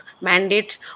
mandate